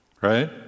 Right